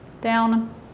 down